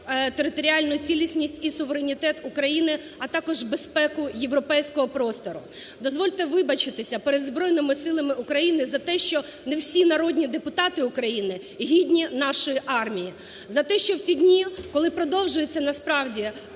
територіальну цілісність і суверенітет України, а також безпеку європейського простору. Дозвольте вибачитися перед Збройними силами України за те, що не всі народні депутати України гідні нашої армії, за те, що в ці дні, коли продовжується насправді